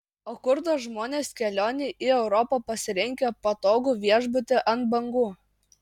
o kur dar žmonės kelionei į europą pasirinkę patogų viešbutį ant bangų